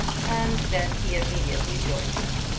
and then he immediately joined her.